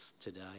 today